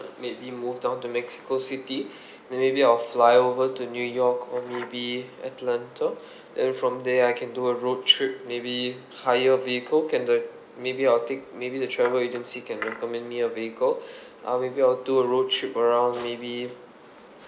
maybe move down to mexico city then maybe I'll flyover to new york or maybe atlanta then from there I can do a road trip maybe hire vehicle can like maybe I'll take maybe the travel agency can recommend me a vehicle uh maybe I'll do a road trip around maybe